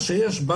אם יש פה